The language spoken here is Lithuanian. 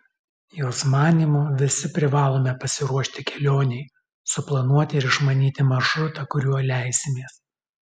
jos manymu visi privalome pasiruošti kelionei suplanuoti ir išmanyti maršrutą kuriuo leisimės